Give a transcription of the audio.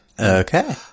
okay